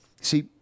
See